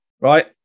right